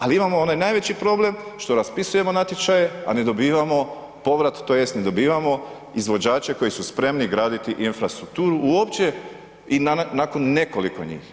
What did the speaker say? Ali imamo onaj najveći problem što raspisujemo natječaje a ne dobivamo povrat tj. ne dobivamo izvođače koji su spremni graditi infrastrukturu uopće i nakon nekoliko njih.